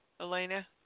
Elena